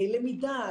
למידה,